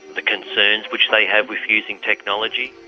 the concerns which they have with using technology.